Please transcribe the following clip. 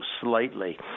slightly